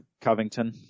Covington